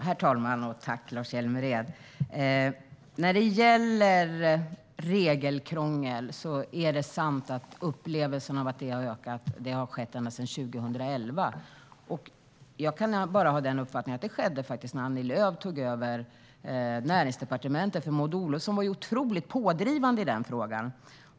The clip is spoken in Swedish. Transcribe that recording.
Herr talman! Tack, Lars Hjälmered! När det gäller regelkrångel är det sant att det finns en upplevelse av att det har ökat ända sedan 2011. Jag kan bara ha uppfattningen att det faktiskt skedde när Annie Lööf tog över Näringsdepartementet, för Maud Olofsson var ju otroligt pådrivande i den frågan.